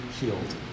healed